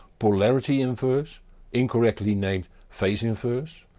polarity inverse incorrectly named phase inverse,